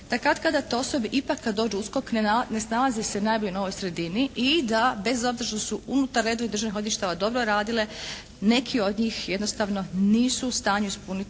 da katkada te osobe kada dođu u USKOK ne snalaze se najbolje u novoj sredini i da bez obzira što su unutar redova Državnog odvjetništva dobro radile neki od njih jednostavno nisu u stanju ispuniti